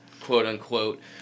quote-unquote